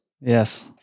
Yes